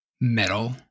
metal